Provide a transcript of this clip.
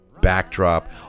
backdrop